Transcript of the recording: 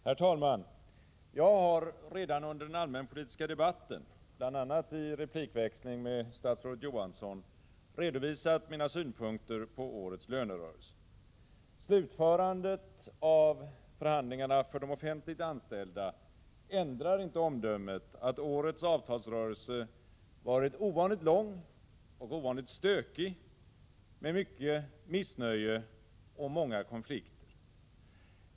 Herr talman! Jag har redan under den allmänpolitiska debatten, bl.a. i en replikväxling med statsrådet Johansson, redovisat mina synpunkter på årets lönerörelse. Slutförandet av förhandlingarna för de offentliganställda ändrar inte omdömet att årets avtalsrörelse varit ovanligt lång och ovanligt stökig, med mycket missnöje och många konflikter.